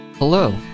Hello